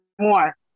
more